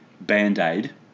Band-Aid